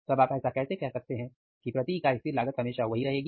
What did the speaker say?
तब आप ऐसा कैसे कह सकते हैं कि प्रति इकाई स्थिर लागत हमेशा वही रहेगी